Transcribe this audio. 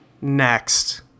Next